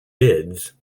bids